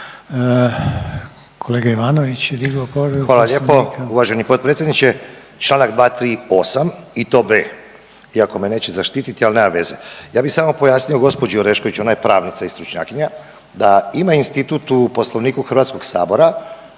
Kolega Ivanović je digao povredu